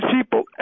people